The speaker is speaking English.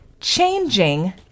changing